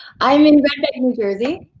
i'm in new jersey.